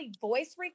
voice